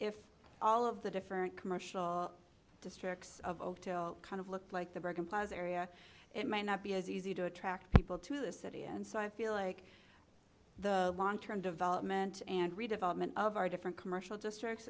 if all of the different commercial districts of kind of looked like the broken plaza area it might not be as easy to attract people to the city and so i feel like the long term development and redevelopment of our different commercial districts